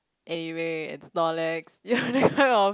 anyway it's Snorlax ya that kind of